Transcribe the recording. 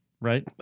Right